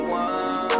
one